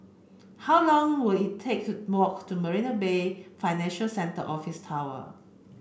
how long will it take to walk to Marina Bay Financial Centre Office Tower